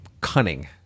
cunning